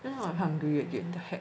then now I'm hungry again heck